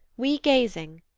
we gazing,